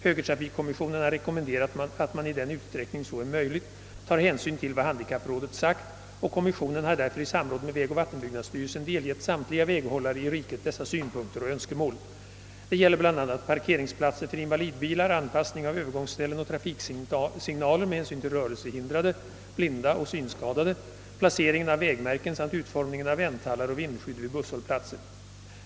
Högertrafikkommissionen har rekommenderat att man i den utsträckning så är möjligt tar hänsyn till vad handikapprådet sagt, och kommissionen har därför i samråd med vägoch vattenbyggnadsstyrelsen delgett samtliga väghållare i riket dessa synpunkter och önskemål. Det gäller bl.a. parkeringsplatser för invalidbilar, anpassning av övergångsställen och trafiksignaler med hänsyn till rörelsehindrade, blinda och synskadade, placeringen av vägmärken samt utformningen av vänthallar och vindskydd vid busshållplatser.